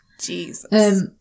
Jesus